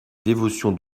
dévotion